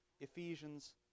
Ephesians